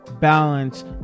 balance